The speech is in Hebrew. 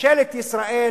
ממשלת ישראל